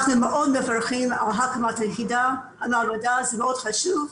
אנחנו מאוד מברכים על הקמת המעבדה, זה מאוד חשוב.